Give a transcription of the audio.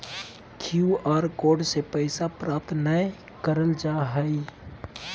Q R code से पैसा प्राप्त नयय करल जा हइ